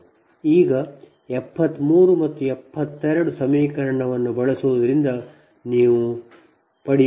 ಈಗ 73 ಮತ್ತು 72 ಸಮೀಕರಣವನ್ನು ಬಳಸುವುದರಿಂದ ನೀವು ಪಡೆಯುತ್ತೀರಿ